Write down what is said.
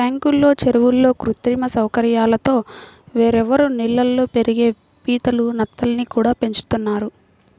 ట్యాంకుల్లో, చెరువుల్లో కృత్రిమ సౌకర్యాలతో వేర్వేరు నీళ్ళల్లో పెరిగే పీతలు, నత్తల్ని కూడా పెంచుతున్నారు